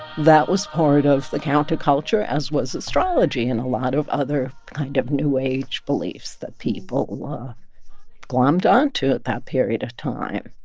that was part of the counterculture, as was astrology and a lot of other kind of new age beliefs that people glommed onto at that period of time